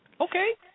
Okay